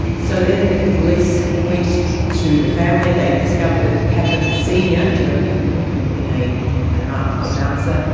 so then, the police went to the family, they discovered that kappen senior, joe kappen, who had been a a nightclub bouncer,